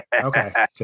Okay